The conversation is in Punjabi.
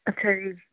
ਅੱਛਾ ਜੀ